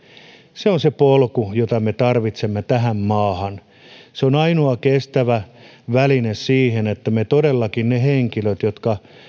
se on se polku jota me tarvitsemme tähän maahan se on ainoa kestävä väline siihen että todellakin ne henkilöt jotka